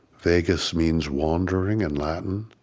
vagusmeans wandering in latin,